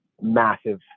massive